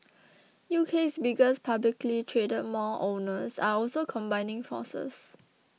UK's biggest publicly traded mall owners are also combining forces